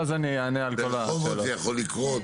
ברחובות זה יכול לקרות,